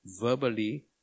verbally